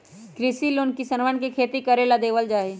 कृषि लोन किसनवन के खेती करे ला देवल जा हई